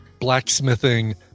blacksmithing